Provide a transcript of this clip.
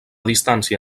distància